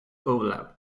overlap